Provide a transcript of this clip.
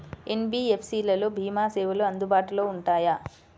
NBFC లలో భీమా సేవలు అందుబాటులో ఉంటాయా?